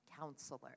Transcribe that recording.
Counselor